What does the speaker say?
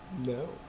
No